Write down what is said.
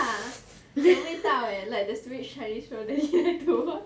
ya it's that 味道 eh like the stupid chinese show that daddy likes to watch